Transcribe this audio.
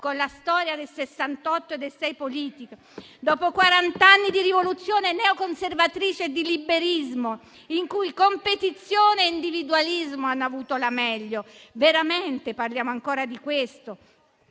con la storia del '68 e del 6 politico? Dopo quarant'anni di rivoluzione neoconservatrice e di liberismo, in cui competizione e individualismo hanno avuto la meglio, veramente parliamo ancora di questo?